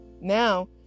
Now